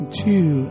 two